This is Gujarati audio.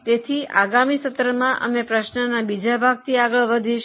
તેથી આગામી સત્રમાં અમે પ્રશ્નના બીજા ભાગથી આગળ વધીશ